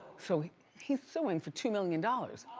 so he's suing for two million dollars,